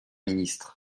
ministre